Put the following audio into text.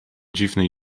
dziwne